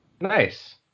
Nice